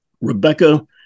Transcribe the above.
Rebecca